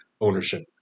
ownership